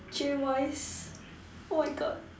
jay wise oh my God